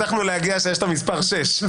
הצלחנו להגיע שיש את המספר שש...